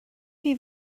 chi